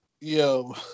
Yo